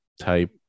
type